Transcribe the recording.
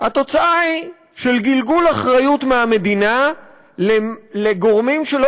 התוצאה היא גלגול אחריות מהמדינה לגורמים שלא